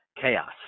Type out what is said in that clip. chaos